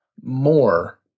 more